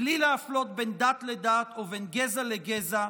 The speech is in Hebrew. בלי להפלות בין דת לדת או בין גזע לגזע,